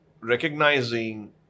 recognizing